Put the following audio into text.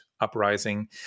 uprising